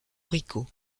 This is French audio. rico